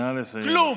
נא לסיים.